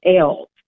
else